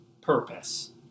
Purpose